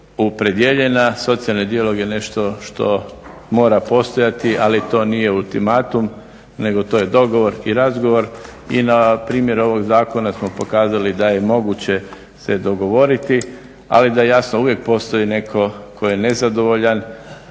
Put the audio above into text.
uvijek postoji netko tko je nezadovoljan